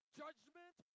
judgment